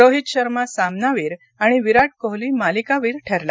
रोहित शर्मा सामनावीर आणि विराट कोहली मालिकावीर ठरला